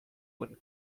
when